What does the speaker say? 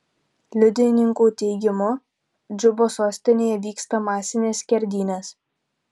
liudininkų teigimu džubos sostinėje vyksta masinės skerdynės